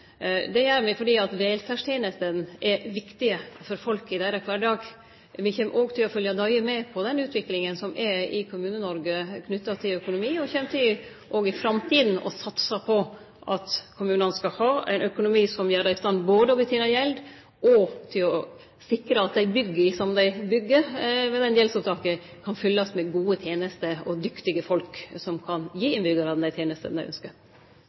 Det gjer me fordi velferdstenestene er viktige for folk i deira kvardag. Me kjem òg til å følgje nøye med på den utviklinga som er i Kommune-Noreg knytt til økonomi, og kjem òg i framtida til å satse på at kommunane skal ha ein økonomi som gjer dei i stand både til å betene gjeld og til å sikre at dei bygga som dei byggjer med det gjeldsopptaket, kan fyllast med gode tenester og dyktige folk som kan gi innbyggjarane dei